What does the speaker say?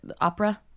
opera